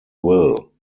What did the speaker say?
will